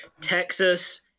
Texas